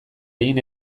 egin